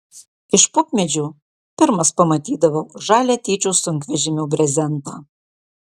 iš pupmedžio pirmas pamatydavau žalią tėčio sunkvežimio brezentą